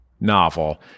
novel